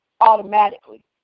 automatically